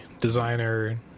designer